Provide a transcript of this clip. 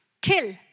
kill